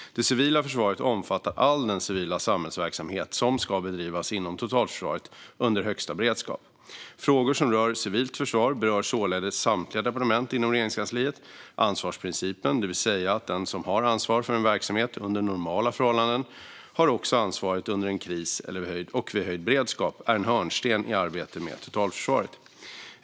Det civila försvaret omfattar all den civila samhällsverksamhet som ska bedrivas inom totalförsvaret under högsta beredskap. Frågor som rör civilt försvar berör således samtliga departement inom Regeringskansliet. Ansvarsprincipen, det vill säga att den som har ansvar för en verksamhet under normala förhållanden också har ansvaret under en kris och vid höjd beredskap, är en hörnsten i arbetet med totalförsvaret.